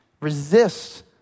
resists